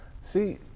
See